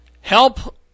Help